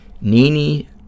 Nini